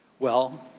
well,